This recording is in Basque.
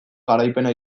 garaipena